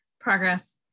progress